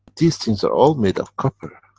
these things are all made of copper.